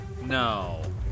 No